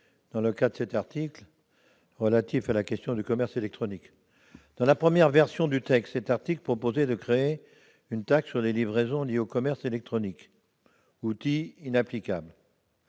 gêné par cet article 27, relatif à la question du commerce électronique. Dans sa première version, cet article visait à créer une taxe sur les livraisons liées au commerce électronique. Outil inapplicable,